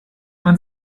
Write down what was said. man